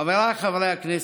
חבריי חברי הכנסת,